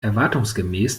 erwartungsgemäß